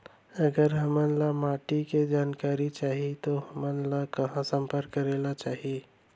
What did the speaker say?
अगर हमन ला माटी के जानकारी चाही तो हमन ला कहाँ संपर्क करे ला चाही?